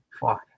Fuck